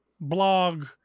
blog